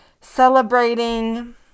celebrating